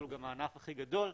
הוא גם הענף הכי גדול,